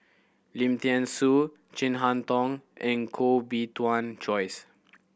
Lim Thean Soo Chin Harn Tong and Koh Bee Tuan Joyce